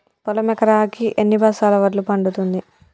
పొలం ఎకరాకి ఎన్ని బస్తాల వడ్లు పండుతుంది?